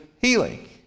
healing